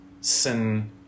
sin